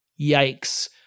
Yikes